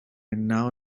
now